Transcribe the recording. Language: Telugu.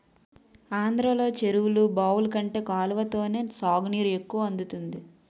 ఆంధ్రలో చెరువులు, బావులు కంటే కాలవతోనే సాగునీరు ఎక్కువ అందుతుంది